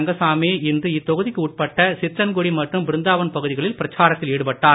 ரங்கசாமி இன்று இத்தொகுதிக்கு உட்பட்ட சித்தன்குடி மற்றும் பிருந்தாவன் பகுதிகளில் பிரச்சாரத்தில் ஈடுபட்டார்